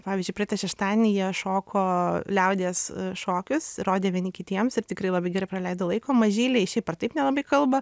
pavyzdžiui praeitą šeštadienį jie šoko liaudies šokius rodė vieni kitiems ir tikrai labai gerai praleido laiko o mažyliai šiaip ar taip nelabai kalba